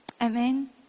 Amen